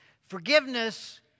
Forgiveness